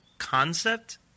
concept